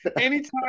Anytime